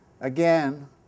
again